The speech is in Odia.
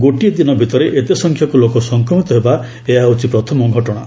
ଗୋଟିଏ ଦିନ ଭିତରେ ଏତେ ସଂଖ୍ୟକ ଲୋକ ସଂକ୍ମିତ ହେବା ଏହା ହେଉଛି ପ୍ରଥମ ଘଟଣା